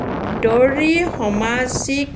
দৰি সমাজিক